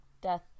death